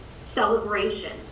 celebration